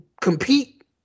compete